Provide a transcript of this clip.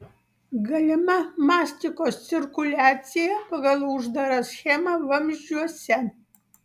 galima mastikos cirkuliacija pagal uždarą schemą vamzdžiuose